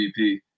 MVP